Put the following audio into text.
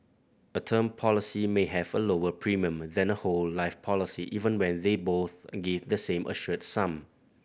a term policy may have a lower premium than a whole life policy even when they both give the same assured sum